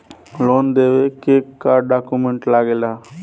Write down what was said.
Loan लेवे के का डॉक्यूमेंट लागेला?